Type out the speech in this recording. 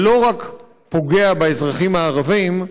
זה לא פוגע רק באזרחים הערבים,